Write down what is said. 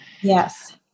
Yes